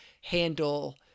handle